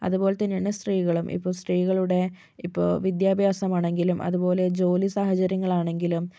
അതുപോലെത്തന്നെയാണ് സ്ത്രീകളും ഇപ്പോൾ സ്ത്രീകളുടെ ഇപ്പോൾ വിദ്യാഭ്യാസമാണെങ്കിലും അതുപോലെ ജോലി സാഹചര്യങ്ങൾ ആണെങ്കിലും